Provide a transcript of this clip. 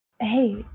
Hey